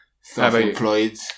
Self-employed